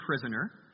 prisoner